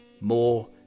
more